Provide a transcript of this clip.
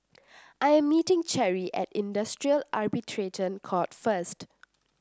I am meeting Cherry at Industrial Arbitration Court first